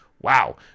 Wow